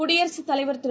குடியரசுத் தலைவர் திரு